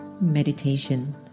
Meditation